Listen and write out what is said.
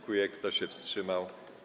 Kto się wstrzymał?